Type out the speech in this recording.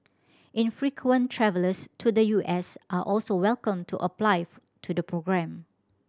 infrequent travellers to the U S are also welcome to apply to the programme